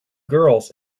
girls